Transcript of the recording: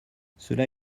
cela